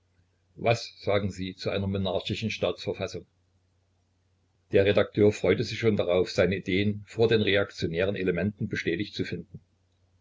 was sagen sie zu einer monarchischen staatsverfassung der redakteur freute sich schon darauf seine ideen vor den reaktionären elementen bestätigt zu finden